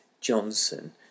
Johnson